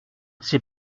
sais